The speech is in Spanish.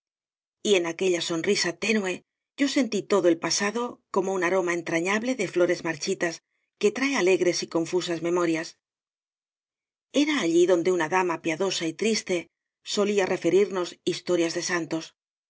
y en aquella sonrisa tenue yo sentí todo el pasado como un aroma entrañable de flo res marchitas que trae alegres y contusas memorias era allí donde una dama pia dosa y triste solía referirnos historias de santos